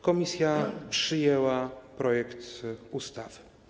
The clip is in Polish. Komisja przyjęła projekt ustawy.